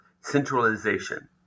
centralization